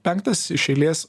penktas iš eilės